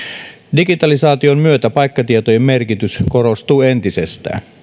digitalisaation myötä paikkatietojen merkitys korostuu entisestään